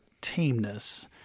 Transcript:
tameness